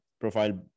profile